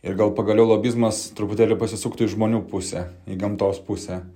ir gal pagaliau lobizmas truputėlį pasisuktų į žmonių pusę į gamtos pusę